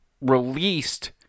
released